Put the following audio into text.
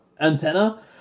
antenna